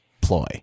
ploy